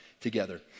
together